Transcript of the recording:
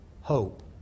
hope